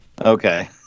Okay